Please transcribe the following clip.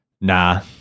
Nah